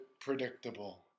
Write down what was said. predictable